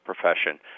profession